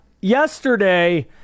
Yesterday